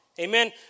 Amen